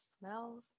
smells